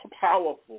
powerful